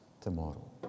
Tomorrow